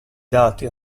dati